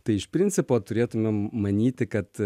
tai iš principo turėtumėm manyti kad